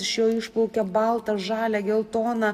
iš jo išplaukia balta žalia geltona